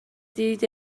دید